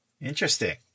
Interesting